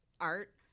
art